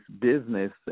business